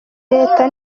reta